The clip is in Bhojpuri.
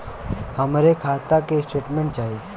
हमरे खाता के स्टेटमेंट चाही?